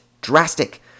drastic